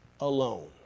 alone